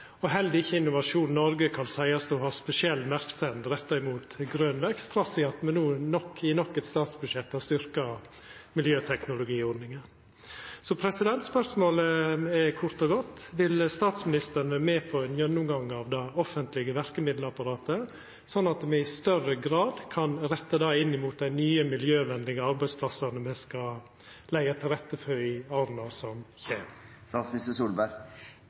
og heller ikkje Innovasjon Noreg kan seiast å ha spesiell merksemd retta mot grøn vekst, trass i at me no i nok eit statsbudsjett har styrkt miljøteknologiordninga. Så spørsmålet er kort og godt: Vil statsministeren vera med på ein gjennomgang av det offentlege verkemiddelapparatet, sånn at me i større grad kan retta det inn mot dei nye miljøvenlege arbeidsplassane me skal leggja til rette for i åra som